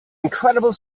incredible